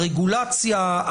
הרגולציה,